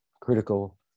critical